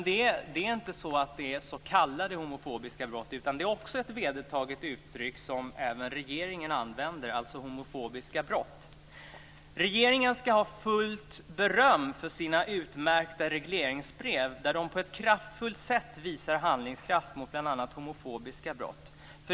Det är inte så att det är s.k. homofobiska brott. Det är ett vedertaget uttryck som även regeringen använder, dvs. homofobiska brott. Regeringen ska ha fullt beröm för sina utmärkta regleringsbrev där den på ett kraftfullt sätt visar handlingskraft mot bl.a. homofobiska brott.